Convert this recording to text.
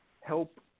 help